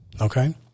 Okay